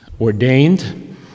ordained